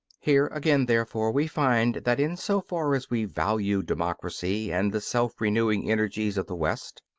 here again, therefore, we find that in so far as we value democracy and the self-renewing energies of the west,